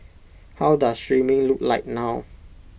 how does streaming look like now